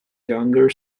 younger